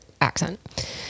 accent